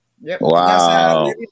Wow